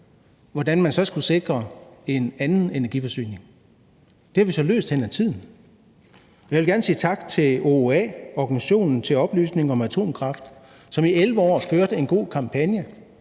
hvordan man så skulle sikre en anden energiforsyning. Det har vi så løst med tiden, og jeg vil gerne sige tak til OOA, Organisationen til Oplysning om Atomkraft, som i 11 år førte en god kampagne,